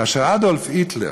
כאשר אדולף היטלר